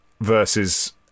versus